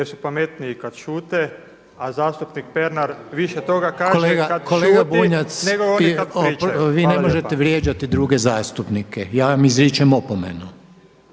su pametniji kad šute. A zastupnik Pernar više toga kaže kad šuti nego oni kad pričaju. Hvala lijepo. **Reiner, Željko (HDZ)** Kolega Bunjac, vi ne možete vrijeđati druge zastupnike. Ja vam izričem opomenu.